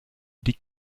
die